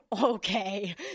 okay